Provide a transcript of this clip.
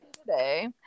today